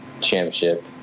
championship